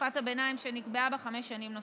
תקופת הביניים שנקבעה בחמש שנים נוספות.